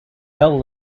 bell